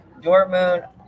Dortmund